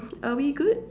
are we good